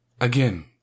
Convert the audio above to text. Again